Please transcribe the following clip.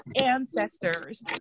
ancestors